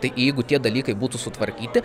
tai jeigu tie dalykai būtų sutvarkyti